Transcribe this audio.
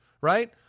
right